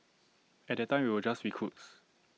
at that time we were just recruits